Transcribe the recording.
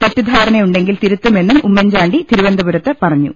തെറ്റിദ്ധാരണയുണ്ടെ ങ്കിൽ തിരുത്തുമെന്നും ഉമ്മൻചാണ്ടി തിരുവനന്തപുരത്ത് പറഞ്ഞു